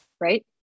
right